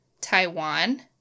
Taiwan